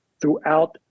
throughout